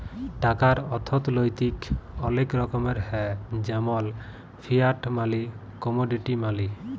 টাকার অথ্থলৈতিক অলেক রকমের হ্যয় যেমল ফিয়াট মালি, কমোডিটি মালি